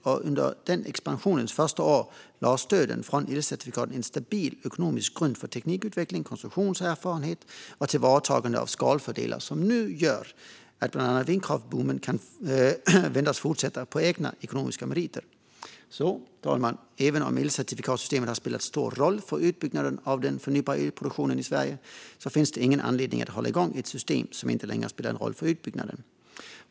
Under vindkraftsexpansionens första år lade stöden från elcertifikaten en stabil ekonomisk grund för teknikutveckling, konstruktionserfarenhet och tillvaratagande av skalfördelar som nu gör att bland annat vindkraftsboomen kan väntas fortsätta på egna ekonomiska meriter. Fru talman! Även om elcertifikatssystemet har spelat stor roll för utbyggnaden av den förnybara elproduktionen i Sverige finns det ingen anledning att hålla igång ett system som inte längre spelar en roll för utbyggnaden.